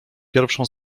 pierwszą